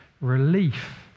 relief